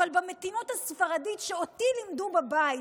אבל במתינות הספרדית שאותי לימדו בבית,